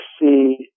see